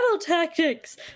tactics